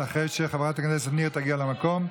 אחרי שחברת הכנסת ניר תגיע למקום.